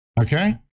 Okay